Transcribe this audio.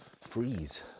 freeze